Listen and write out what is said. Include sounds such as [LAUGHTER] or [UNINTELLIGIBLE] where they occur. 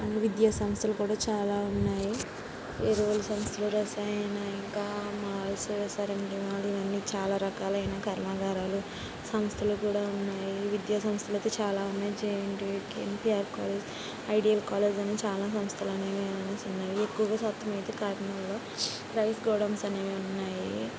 విద్యా సంస్థలు కూడా చాలా ఉన్నాయి రోల్స్ రసాయన ఇంకా మాల్స్ సరైన [UNINTELLIGIBLE] అవి అన్ని చాలా రకాలైన కర్మగారాలు సంస్థలు కూడా ఉన్నాయి విద్యాసంస్థలు అయితే చాలా ఉన్నాయి JNTUK NTR college ideal college అని చాలా సంస్థలు అనేవి ఉన్నాయి [UNINTELLIGIBLE] ఎక్కువగా చదువుకునేది కాకినాడలో రైస్ గోడౌన్స్ అనేవి ఉన్నాయి